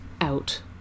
out